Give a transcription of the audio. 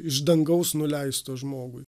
iš dangaus nuleisto žmogui